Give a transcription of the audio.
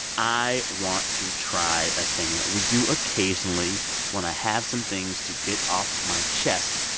i want to try a thing that we do occasionally when i have some things to get off my chest.